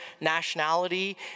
nationality